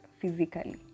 physically